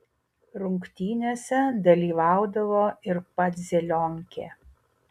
rungtynėse dalyvaudavo ir pats zelionkė